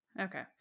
Okay